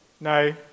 No